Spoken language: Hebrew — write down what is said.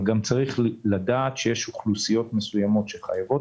אבל גם צריך לדעת שיש אוכלוסיות מסוימות שחייבות